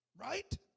Right